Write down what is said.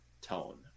tone